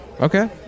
Okay